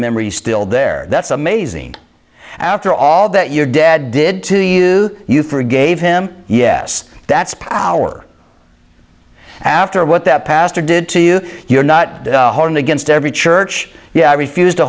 memory still there that's amazing after all that your dad did to you you forgave him yes that's power after what that pastor did to you you're not against every church yeah i refuse to